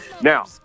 Now